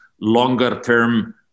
longer-term